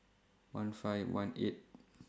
one five one eight